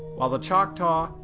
while the choctaw,